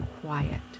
quiet